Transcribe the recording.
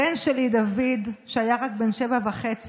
הבן שלי דוד, שהיה רק בן שבע וחצי,